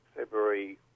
February